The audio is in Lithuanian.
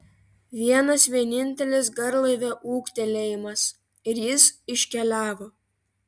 vienas vienintelis garlaivio ūktelėjimas ir jis iškeliavo